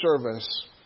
service